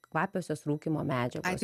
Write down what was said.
kvapiosios rūkymo medžiagos